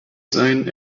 sein